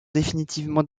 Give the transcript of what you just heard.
définitivement